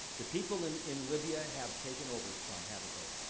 the people in in libya have taken over some, haven't they?